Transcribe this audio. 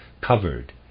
covered